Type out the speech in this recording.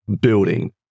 building